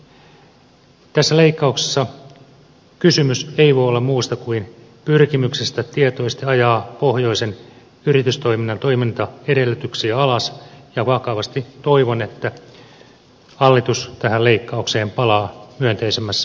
tässä leikkauksessa kysymys ei voi olla muusta kuin pyrkimyksestä tietoisesti ajaa pohjoisen yritystoiminnan toimintaedellytyksiä alas ja vakavasti toivon että hallitus tähän leikkaukseen palaa myönteisemmässä hengessä